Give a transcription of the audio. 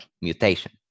mutation